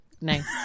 Nice